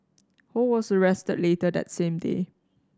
Ho was arrested later that same day